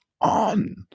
on